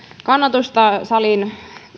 kannatusta salin